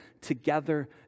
together